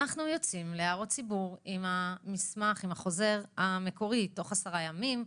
אנחנו יוצאים להערות ציבור עם החוזר המקורי תוך עשרה ימים,